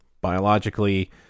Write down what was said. biologically